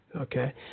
okay